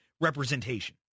representation